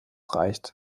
reicht